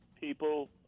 people